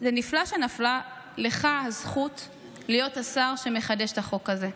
זה נפלא שנפלה בחלקך הזכות להיות השר שמחדש את החוק הזה.